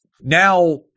Now